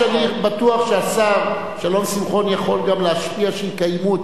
אני בטוח שהשר שלום שמחון יכול גם להשפיע שיקיימו אותן.